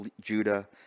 Judah